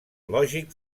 lògic